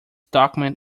document